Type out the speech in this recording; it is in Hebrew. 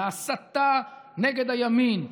להסתה נגד הימין,